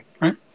right